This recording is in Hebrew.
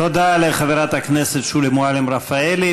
תודה לחברת הכנסת שולי מועלם-רפאלי.